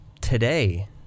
today